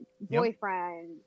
boyfriend